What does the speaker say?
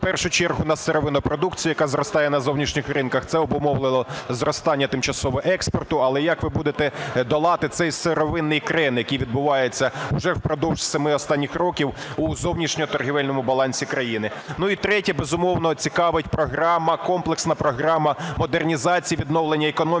в першу чергу на сировинну продукцію, яка зростає на зовнішніх ринках. Це обумовлено зростання тимчасове експорту. Але як ви будете долати цей сировинний крен, який відбувається вже впродовж семи останніх років у зовнішньо-торгівельному балансі країни? Ну і третє. Безумовно, цікавить програма, комплексна програма модернізації і відновлення економіки,